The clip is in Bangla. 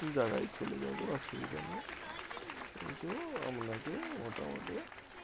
জায়গায় চলে যাবে অসুবিধা নেই কিন্তু আপনাকে মোটামুটি